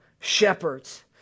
shepherds